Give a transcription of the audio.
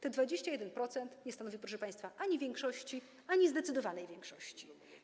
Te 21% nie stanowi, proszę państwa, ani większości, ani zdecydowanej większości.